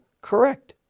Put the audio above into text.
correct